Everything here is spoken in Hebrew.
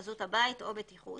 חזות הבית או בטיחות,